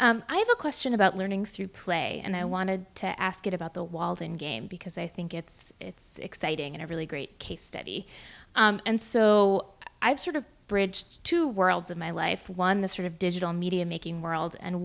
hi i have a question about learning through play and i wanted to ask it about the walls and game because i think it's it's exciting and a really great case study and so i've sort of bridged two worlds in my life one the sort of digital media making world and